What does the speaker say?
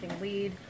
Lead